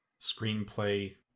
Screenplay